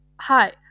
hi